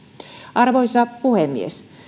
arvoisa puhemies